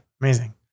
Amazing